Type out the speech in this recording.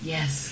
Yes